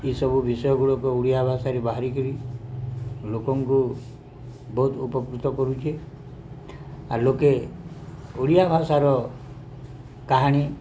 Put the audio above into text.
ଇ ସବୁ ବିଷୟ ଗୁଡ଼ିକ ଓଡ଼ିଆ ଭାଷାରେ ବାହାରିକିରି ଲୋକଙ୍କୁ ବହୁତ୍ ଉପକୃତ କରୁଛେ ଆର୍ ଲୋକେ ଓଡ଼ିଆ ଭାଷାର କାହାଣୀ